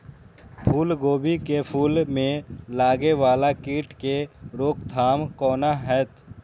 फुल गोभी के फुल में लागे वाला कीट के रोकथाम कौना हैत?